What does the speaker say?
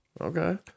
okay